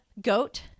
goat